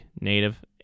native